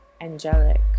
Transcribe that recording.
angelic